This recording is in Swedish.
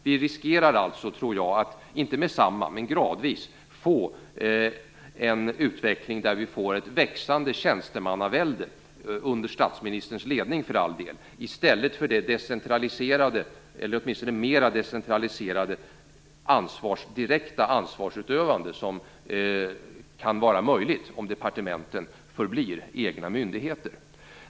Vi riskerar alltså att inte med detsamma men gradvis få en utveckling mot ett växande tjänstemannavälde - under statsministerns ledning, för all del - i stället för det något mer decentraliserade, direkta ansvarsutövande som är möjligt om departementen förblir egna myndigheter.